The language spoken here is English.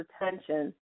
attention